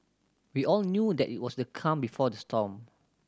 we all knew that it was the calm before the storm